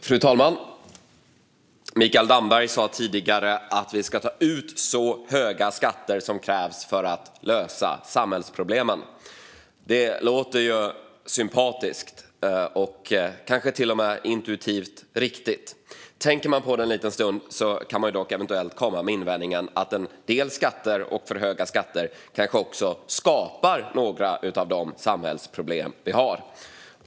Fru talman! Mikael Damberg sa tidigare att vi ska ta ut så höga skatter som krävs för att lösa samhällsproblemen. Det låter sympatiskt och kanske till och med intuitivt riktigt. Men tänker man på det en liten stund kan man komma med invändningen att en del skatter och för höga skatter kan skapa några av de samhällsproblem vi har.